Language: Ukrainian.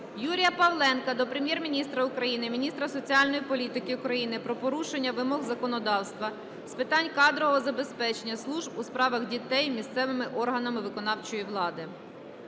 Юрія Павленка до Прем'єр-міністра України, міністра соціальної політики України про порушення вимог законодавства з питань кадрового забезпечення Служб у справах дітей місцевими органами виконавчої влади.